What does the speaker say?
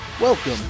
Welcome